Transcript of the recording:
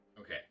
Okay